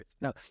No